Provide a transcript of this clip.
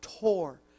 tore